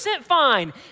fine